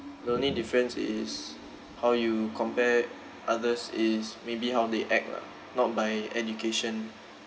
the only difference is how you compare others is maybe how they act lah not by education